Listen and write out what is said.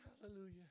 hallelujah